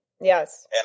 Yes